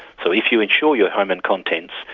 so if you insure your home and contents,